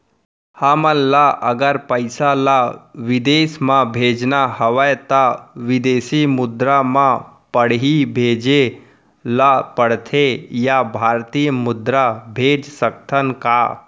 हमन ला अगर पइसा ला विदेश म भेजना हवय त विदेशी मुद्रा म पड़ही भेजे ला पड़थे या भारतीय मुद्रा भेज सकथन का?